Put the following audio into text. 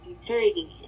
deteriorating